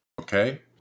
okay